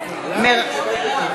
נגוסה, בעד משולם